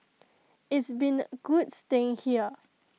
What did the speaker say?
it's been good staying here